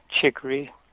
chicory